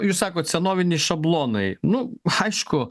jūs sakot senoviniai šablonai nu aišku